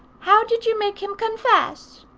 how did you make him confess?